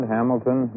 Hamilton